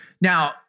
Now